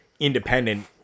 independent